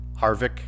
Harvick